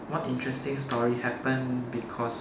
what interesting story happen because